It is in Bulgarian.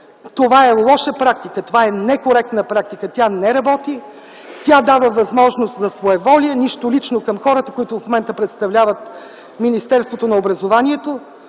Това е лоша практика, това е некоректна практика. Тя не работи, тя дава възможност за своеволия. Нищо лично към хората, които в момента представляват Министерството на образованието,